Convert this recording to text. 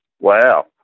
wow